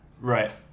Right